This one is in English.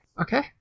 Okay